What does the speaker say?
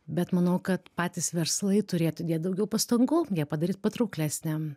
bet manau kad patys verslai turėtų dėt daugiau pastangų padaryt patrauklesnę